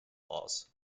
laws